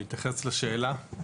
להתייחס לשאלה?